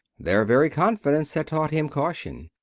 their very confidence had taught him caution.